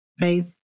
right